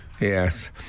Yes